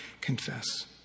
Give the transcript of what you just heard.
confess